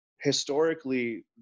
historically-